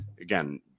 Again